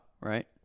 right